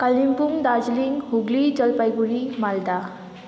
Kalimpong Darjeeling Hooghly Jalpaiguri Malda